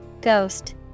Ghost